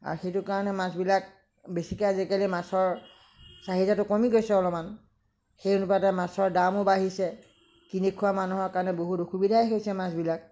আৰু সেইটো কাৰণে মাছবিলাক বেছিকৈ আজিকালি মাছৰ চাহিদাটো কমি গৈছে অলপমান সেই অনুপাতে মাছৰ দামো বাঢ়িছে কিনি খোৱা মানুহৰ কাৰণে বহুত অসুবিধাই হৈছে মাছবিলাক